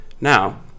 Now